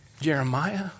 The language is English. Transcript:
Jeremiah